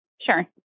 sure